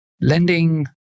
Lending